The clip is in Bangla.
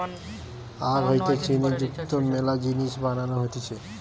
আখ হইতে চিনি যুক্ত মেলা জিনিস বানানো হতিছে